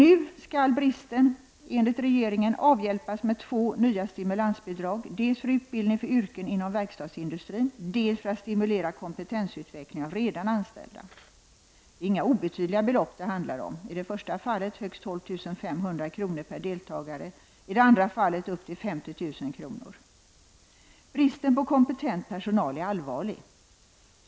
Nu skall bristen enligt regeringen avhjälpas med två nya stimulansbidrag, dels för utbildning för yrken inom verkstadsindustrin, dels för att stimulera kompentensutveckling av redan anställda. Det är inga obetydliga belopp det handlar om. I det första fallet rör det sig om högst 12 500 kr. per deltagare, och i det andra fallet upp till 50 000 kr. Bristen på kompetent personal är allvarlig.